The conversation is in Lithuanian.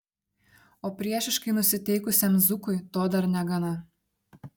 o priešiškai nusiteikusiam zukui to dar negana